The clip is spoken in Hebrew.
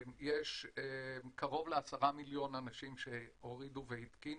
יש קרוב ל-10 מיליון אנשים שהורידו והתקינו.